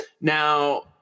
now